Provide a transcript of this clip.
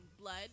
blood